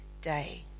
day